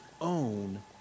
own